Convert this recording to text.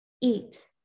eat